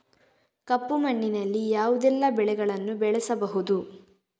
ಕಪ್ಪು ಮಣ್ಣಿನಲ್ಲಿ ಯಾವುದೆಲ್ಲ ಬೆಳೆಗಳನ್ನು ಬೆಳೆಸಬಹುದು?